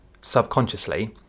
subconsciously